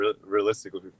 realistically